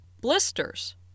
blisters